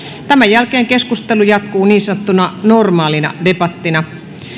tämän jälkeen keskustelu jatkuu niin sanottuna normaalina debattina